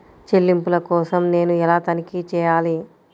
చెల్లింపుల కోసం నేను ఎలా తనిఖీ చేయాలి?